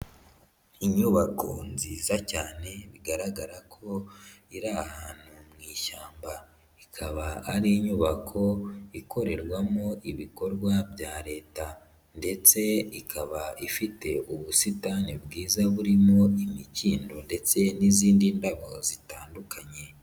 Inyubako nziza cyane bigaragara ko iri ahantu mu ishyamba, ikaba ari inyubako ikorerwamo ibikorwa bya Leta ndetse ikaba ifite ubusitani bwiza burimo imikindo ndetse n'izindi ndabo zitandukanye.